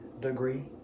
degree